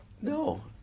No